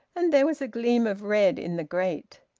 and there was a gleam of red in the grate.